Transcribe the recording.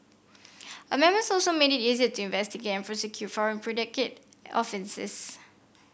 amendments also made it easier to investigate and prosecute foreign predicate offences